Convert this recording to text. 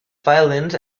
violins